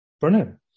Brilliant